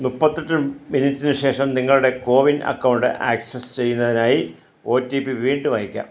മുപ്പത്തെട്ട് മിനിറ്റിന് ശേഷം നിങ്ങളുടെ കോവിൻ അക്കൗണ്ട് ആക്സസ് ചെയ്യുന്നതിനായി ഒ ടി പി വീണ്ടും അയയ്ക്കാം